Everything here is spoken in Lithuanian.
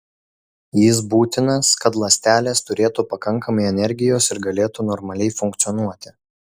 jis būtinas kad ląstelės turėtų pakankamai energijos ir galėtų normaliai funkcionuoti